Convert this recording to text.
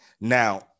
Now